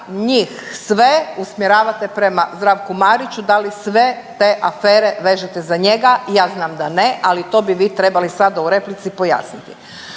njih sve usmjeravate prema Zdravku Mariću, da li te sve afere vežete za njega. Ja znam da ne, ali to bi sada trebali u replici pojasniti.